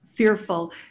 fearful